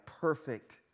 perfect